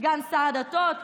סגן שר הדתות,